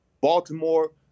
Baltimore